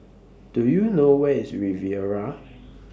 Do YOU know Where IS Riviera